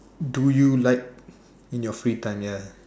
do you like in your free time ya